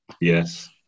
Yes